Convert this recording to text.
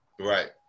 Right